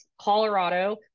Colorado